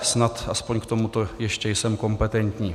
Snad aspoň k tomuto ještě jsem kompetentní.